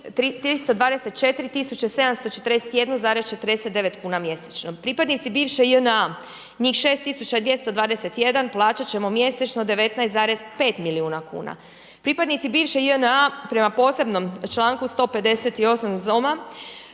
324 741,49 kuna mjesečno, pripadnici bivše JNA, njih 6 221, plaćat ćemo mjesečno 19,5 milijuna kuna. Pripadnici biše JNA prema posebnom članku 158.